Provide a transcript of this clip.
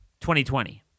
2020